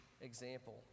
example